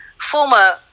former